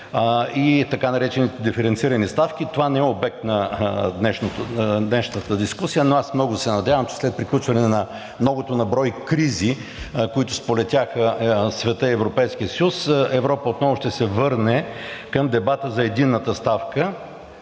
и така наречените диференцирани ставки. Това не е обект на днешната дискусия, но аз много се надявам, че след приключване на многото на брой кризи, които сполетяха света и Европейския съюз, Европа отново ще се върне към дебата за единната ставка.